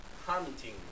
hunting